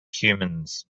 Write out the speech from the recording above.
humans